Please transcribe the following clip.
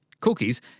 Cookies